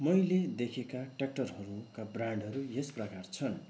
मैले देखेका ट्य्राक्टरहरूका ब्रान्डहरू यस प्रकार छन्